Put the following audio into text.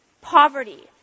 Poverty